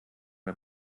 man